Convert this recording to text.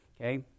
Okay